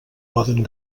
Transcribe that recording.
poden